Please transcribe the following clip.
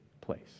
place